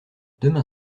demain